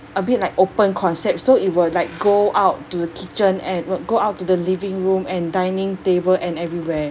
a bit like open concept so it will like go out to the kitchen and would go out to the living room and dining table and everywhere